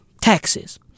taxes